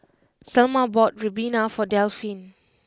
Selma bought Ribena for Delphine